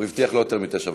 הוא הבטיח לא יותר מתשע וחצי,